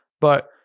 But-